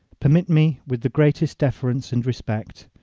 permit me, with the greatest deference and respect,